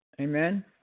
Amen